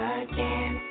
again